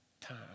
time